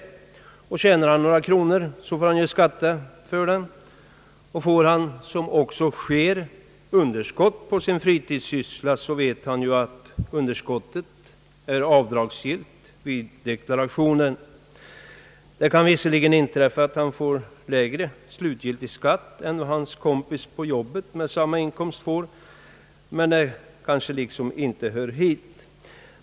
Tjänar han några kronor, får han skatta för dem. Får han, som också sker, underskott på sin fritidssyssla, vet han att underskottet är avdragsgillt vid deklarationen. Det kan visserligen inträffa att han får lägre slutgiltig skatt än vad hans kompis på jobbet med samma inkomst får, men det kanske inte hör hit.